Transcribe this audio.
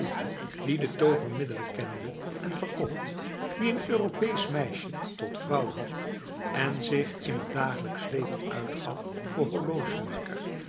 die de tovermiddelen kende en verkocht die een europees meisje tot vrouw had en zich in het dagelijks leven uitgaf voor horlogemaker